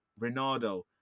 Ronaldo